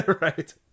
right